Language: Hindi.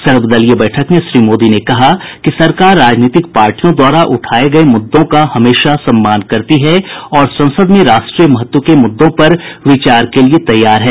सर्वदलीय बैठक में श्री मोदी ने कहा कि सरकार राजनीतिक पार्टियों द्वारा उठाये गये मुद्दों का हमेशा सम्मान करती है और संसद में राष्ट्रीय महत्व के मुद्दों पर विचार के लिए तैयार है